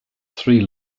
three